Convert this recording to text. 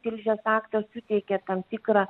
tilžės aktas suteikia tam tikrą